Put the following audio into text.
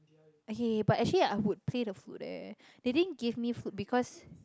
okay but actually I would play the flute leh they didn't give me flute because